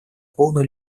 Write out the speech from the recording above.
полную